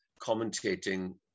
commentating